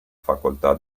facoltà